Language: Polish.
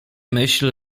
myśl